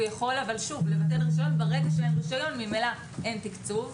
הוא יכול לבטל רישיון וברגע שאין רישיון ממילא אין תקצוב.